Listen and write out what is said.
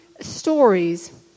stories